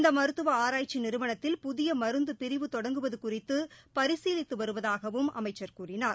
இந்த மருத்துவ ஆராய்ச்சி நிறுவனத்தில் புதிய மருந்து பிரிவு தொடங்குவது குறித்து பரிசீலித்து வருவதாகவும் அமைச்சர் கூறினார்